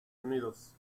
unidos